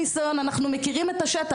יש לנו ניסיון, אנחנו מכירים את השטח.